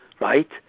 right